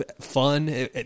fun